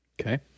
Okay